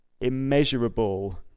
immeasurable